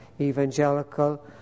evangelical